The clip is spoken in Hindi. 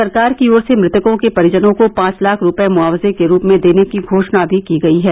सरकार की ओर से मृतकों के परिजनों को पांच लाख रूपये मुआवजे के रूप में देने की घोशणा भी की गयी है